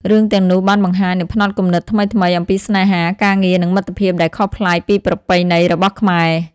រឿងទាំងនោះបានបង្ហាញនូវផ្នត់គំនិតថ្មីៗអំពីស្នេហា ការងារ និងមិត្តភាពដែលខុសប្លែកពីប្រពៃណីរបស់ខ្មែរ។